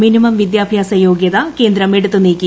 minimum വിദ്യാഭ്യാസ ്യോഗൃത കേന്ദ്രം എടുത്തു നീക്കി